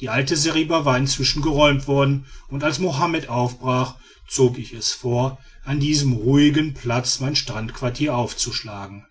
die alte seriba war inzwischen geräumt worden und als mohammed aufbrach zog ich es vor an diesem ruhigen platz mein standquartier aufzuschlagen